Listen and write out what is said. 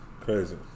Crazy